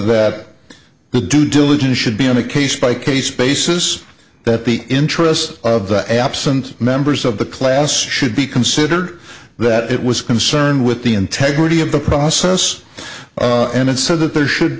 the due diligence should be on a case by case basis that the interests of the absent members of the class should be considered that it was concerned with the integrity of the process and so that there should